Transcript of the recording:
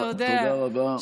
אתה יודע,